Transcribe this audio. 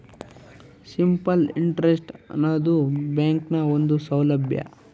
simple interest ಆನದು ಬ್ಯಾಂಕ್ನ ಒಂದು ಸೌಲಬ್ಯಾ